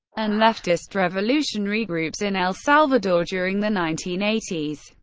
and leftist revolutionary groups in el salvador during the nineteen eighty s.